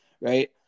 right